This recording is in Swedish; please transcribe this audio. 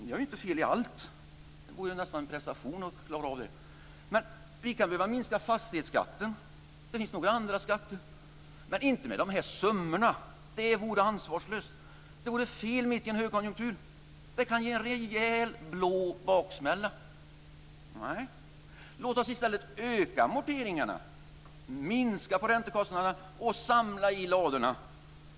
Ni har ju inte fel i allt. Det vore nästan en prestation att klara av det. Vi kan behöva minska fastighetsskatten och några andra skatter, men inte med de här summorna. Det vore ansvarslöst. Det vore fel mitt i en högkonjunktur. Det kan ge en rejäl blå baksmälla. Nej, låt oss i stället öka amorteringarna, minska på räntekostnaderna och samla i ladorna.